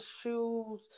shoes